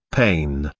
pain,